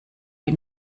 die